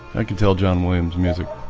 that can tell john williams music?